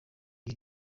iri